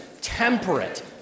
temperate